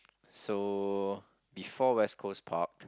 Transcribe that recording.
so before West-Coast-Park